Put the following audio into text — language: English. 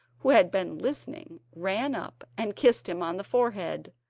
who had been listening, ran up and kissed him on the forehead.